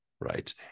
right